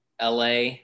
LA